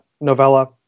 novella